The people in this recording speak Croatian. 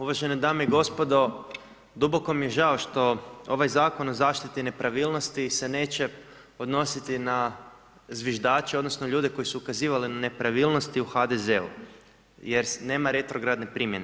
Uvažene dame i gospodo, duboko mi je žao što ovaj Zakon o zaštiti nepravilnosti se neće odnositi na zviždače, odnosno, na ljude, koji su ukazali na nepravilnosti u HDZ-u jer nema retrogradne primjene.